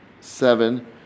seven